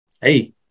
Hey